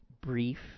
brief